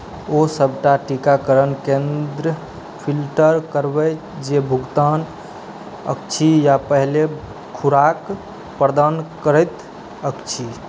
ओ सभटा टीकाकरण केन्द्र फ़िल्टर करबै जे भुगतान अछि आ पहिले खुराक प्रदान करैत अछि